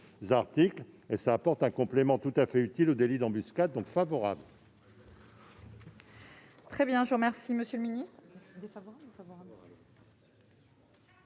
et apporte un complément tout à fait utile au délit d'embuscade. L'avis est donc favorable.